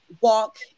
Walk